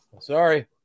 sorry